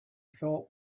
thought